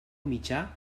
mitjà